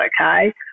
okay